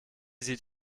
sieht